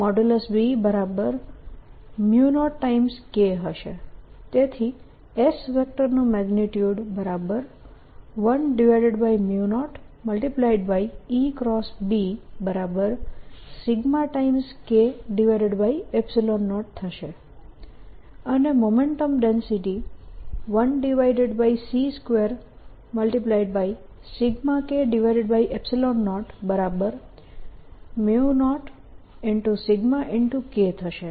તેથી S વેક્ટરનું magnitude S10EBσ K0 થશે અને મોમેન્ટમ ડેન્સિટી 1c2σK00σK થશે